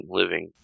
living